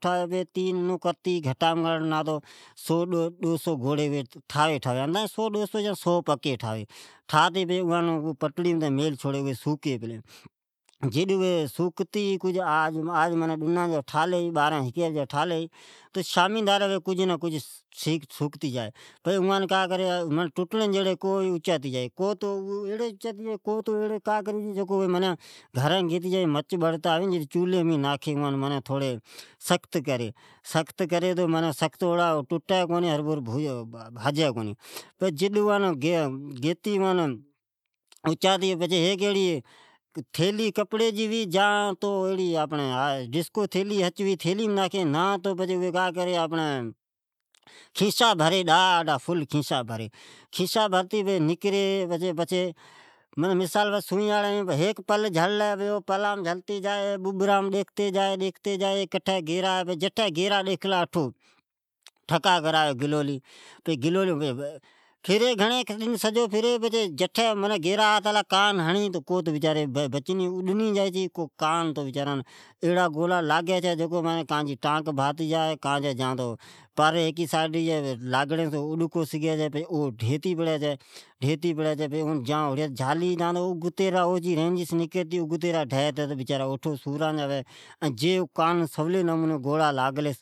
اوی کا تو سو ڈو سو گوڑی ٹھاوی یا سو پکی ٹھاوی پچھے پٹڑی جی متھی میل چھوڑی ۔پاسی سکائی پتی جائی چھے ، جیڑوکر آج ھکی بارین بجی ٹھالی ھی تو اوی شامی جی سوکتے جائی، کو تو کا کری گوری ٹھاتی گیتی جائی پتےکو تو مچا مین بڑتا ھوی او مین ناکھتی چھوڑی پکائوی، ازین سکھت کو کاتو سکھتھوی تو او ٹٹےکونے بھاجی کونی۔ جڈ او کا کری تو کپڑی جی تھیلی بھری یا تو ڈسکو تھلی بھری یا تو خیسا بھری ڈادھا ۔ پچھے سنوی جی ھیک پل جھلی پچھے بوبر ڈیکھتے جائی ڈیکھتے جئی پچھے جٹھے گیرا ڈیکھلا تو اون ٹھکا کرائی گولیلی ڈن سجو پھری پچھی جٹھی گیرا ڈیکھلا کان تو ماری کو بچتےئ جائی ۔کری مار چھوڑی کو تو بچنی جائی ، کاقن تو گوڑا لاگی تو کایجی ٹاگ بھاجی تو کاجی پر ھیکی سئیڈیاڑی بھاجی ۔ پچھے او اڈ کو سگھی ڈھین پڑی او اچائی یا تو کو ٰڑی ھوی جکو ریجیس اڑگی ڈئی چھے۔ تو او بچارا اٹھو سورون جا ھوی ۔ جی کان سولانمونی گوڑا لاگی